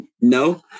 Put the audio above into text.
no